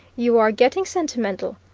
you are getting sentimental!